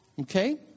Okay